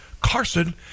Carson